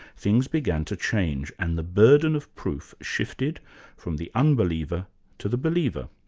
things began to change, and the burden of proof shifted from the unbeliever to the believer.